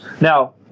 now